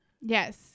Yes